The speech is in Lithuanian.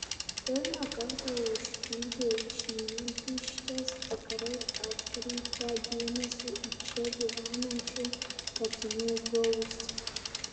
pirmą kartą užklydę į šnipiškes tikrai atkreipia dėmesį į čia gyvenančių katinų gausą